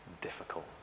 difficult